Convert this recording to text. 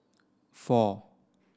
four